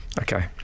Okay